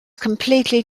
completely